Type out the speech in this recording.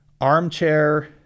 armchair